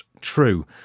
true